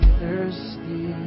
thirsty